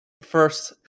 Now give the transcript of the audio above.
first